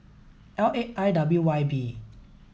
L eight I W Y B